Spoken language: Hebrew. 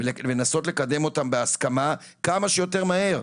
ולנסות לקדם אותם בהסכמה כמה שיותר מהר,